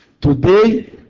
today